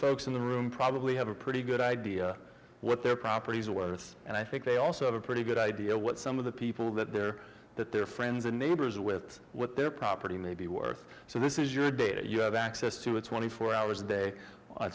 folks in the room probably have a pretty good idea what their properties are worth and i think they also have a pretty good idea what some of the people that they're that their friends and neighbors are with what their property may be worth so this is your data you have access to a twenty four hours a day i